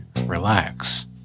relax